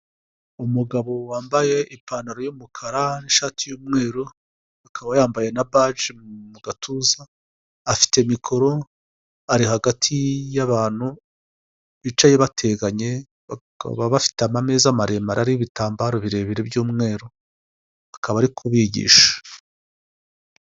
Umugabo wambaye ipantaro yumukara n'ishati y'umweru akaba yambaye na baji mu gatuza afite mikoro ari hagati y'abantu bicaye bategamanye bakaba bafite ameza maremare ariho ibitambaro birebire by'umweru akaba ari kubigisha.